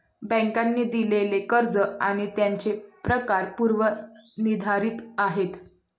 बँकांनी दिलेली कर्ज आणि त्यांचे प्रकार पूर्व निर्धारित आहेत